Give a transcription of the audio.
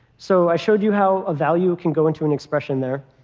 so i showed you how a value can go into an expression there.